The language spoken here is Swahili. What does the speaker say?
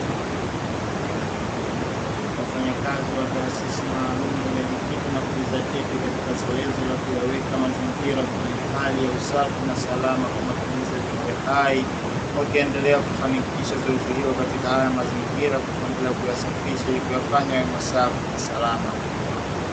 Wafanyakazi wa taasisi maalumu waliojikita na kujidhatiti katika zoezi la kuyaweka mazingira kwenye hali ya usafi na salama kwa matumizi ya viumbe hai, wakiendelea kufanikisha zoezi hilo katika haya mazingira kwa kuendelea kuyasafisha ili kuyafanya kuwa safi na salama.